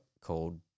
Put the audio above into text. called